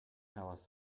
alice